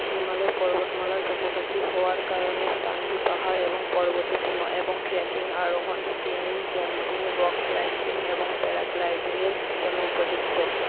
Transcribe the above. হিমালয় পর্বতমালার কাছাকাছি হওয়ার কারণে স্থানটি পাহাড় এবং পর্বতে পূর্ণ এবং ট্রেকিং আরোহণ স্কেনিং ক্যাম্পিং রক ক্লাইম্বিং এবং প্যারাগ্লাইডিংয়ের জন্য উপযুক্ত